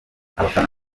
abafana